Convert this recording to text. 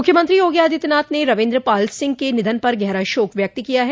मुख्यमंत्री योगी आदित्यनाथ ने रविंदर पाल सिंह के निधन पर गहरा शोक व्यक्त किया है